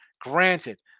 Granted